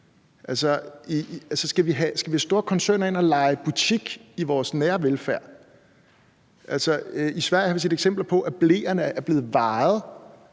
Skal vi have store koncerner ind at lege butik i vores nære velfærd? I Sverige har vi set eksempler på, at bleerne er blevet vejet,